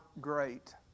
great